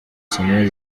samuel